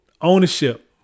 ownership